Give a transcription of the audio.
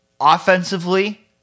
Offensively